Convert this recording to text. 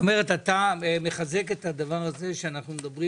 זאת אומרת שאתה מחזק את הדבר הזה שאנחנו מדברים